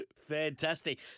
Fantastic